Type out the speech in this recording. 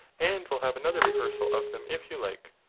and will have another rehearsal of them if you like.